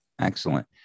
excellent